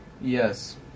Yes